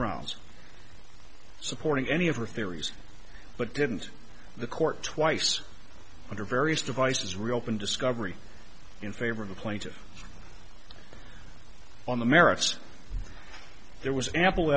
rounds supporting any of her theories but didn't the court twice under various devices reopen discovery in favor of the plaintiff on the merits there was ample